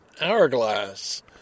hourglass